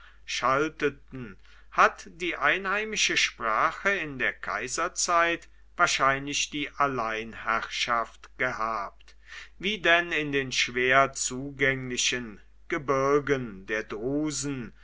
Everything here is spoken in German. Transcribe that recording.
schalteten hat die einheimische sprache in der kaiserzeit wahrscheinlich die alleinherrschaft gehabt wie denn in den schwer zugänglichen gebirgen der drusen